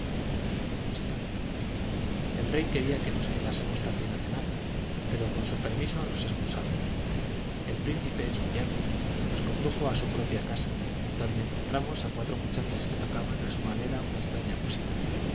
el rey quería que nos quedásemos también a cenar pero con su permiso nos excusamos el príncipe su yerno nos condujo a su propia casa en donde encontramos a cuatro muchachas que tocaban a su manera una extraña música